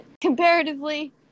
comparatively